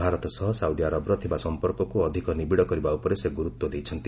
ଭାରତ ସହ ସାଉଦିଆବର ଥିବା ସଂପର୍କକୁ ଅଧିକ ନିବିଡ଼ କରିବା ଉପରେ ସେ ଗୁରୁତ୍ୱ ଦେଇଛନ୍ତି